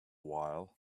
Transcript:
while